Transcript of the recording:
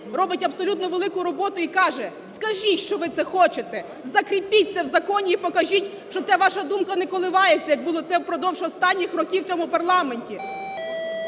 робить абсолютно велику роботу і каже: "Скажіть, що ви це хочете, закріпіть це в законі і покажіть, що ця ваша думка не коливається, як було це впродовж останніх років в цьому парламенті".